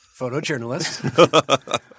photojournalist